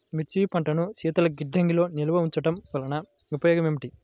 మిర్చి పంటను శీతల గిడ్డంగిలో నిల్వ ఉంచటం వలన ఉపయోగం ఏమిటి?